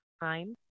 time